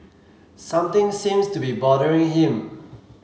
something seems to be bothering him